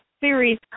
series